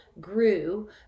grew